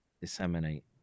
disseminate